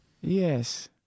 Yes